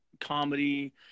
comedy